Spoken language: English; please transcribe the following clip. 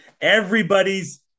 everybody's